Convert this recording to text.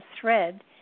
thread